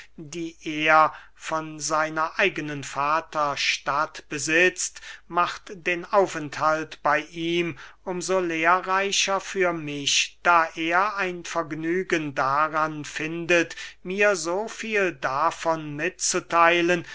die er von seiner eigenen vaterstadt besitzt macht den aufenthalt bey ihm um so lehrreicher für mich da er ein vergnügen daran findet mir so viel davon mitzutheilen